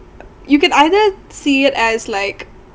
you can either see as like